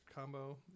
combo